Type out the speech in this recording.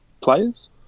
players